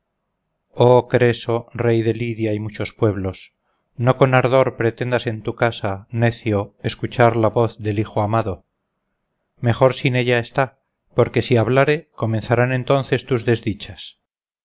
oh creso rey de lidia y muchos pueblos no con ardor pretendas en tu casa necio escuchar la voz del hijo amado mejor sin ella está porque si hablare comenzarán entonces tus desdichas